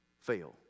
fail